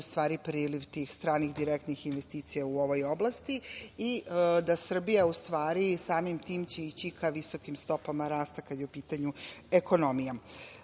će doneti priliv tih stranih direktnih investicija u ovoj oblasti i da Srbija i samim tim će ići ka visokim stopama rasta kada je u pitanju ekonomija. Licence